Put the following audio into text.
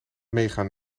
meegaan